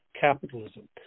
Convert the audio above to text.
capitalism